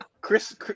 Chris